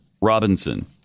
Robinson